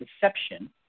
deception